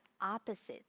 opposites